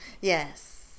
Yes